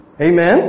Amen